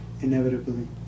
inevitably